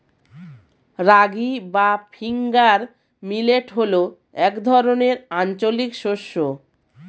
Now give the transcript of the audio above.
রাগী বা finger millet হল এক ধরনের আঞ্চলিক শস্য